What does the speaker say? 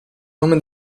nome